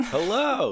Hello